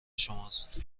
شماست